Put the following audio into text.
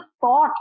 thought